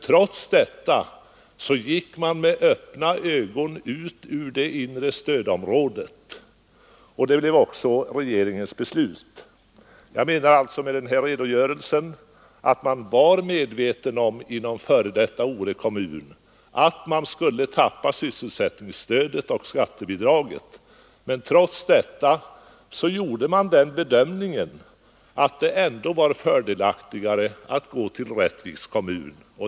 Trots detta gick man i Ore kommun med öppna ögon ut ur det inre stödområdet. Regeringens beslut blev också att Ore kommun skulle tillföras Rättviks kommun. Med denna redogörelse vill jag bara påpeka att man inom f. d. Ore kommun var medveten om att man skulle förlora sysselsättningsstödet och skattebidraget. Trots detta gjorde man den bedömningen att det i alla fall var fördelaktigare att gå in i Rättviks kommun.